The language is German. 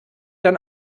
dann